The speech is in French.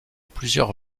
plusieurs